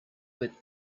with